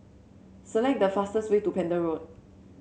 select the fastest way to Pender Road